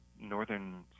northern